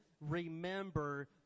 remember